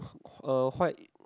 uh white